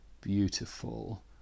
beautiful